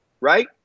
right